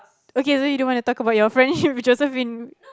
okay so you don't want to talk about your friendship with Josephine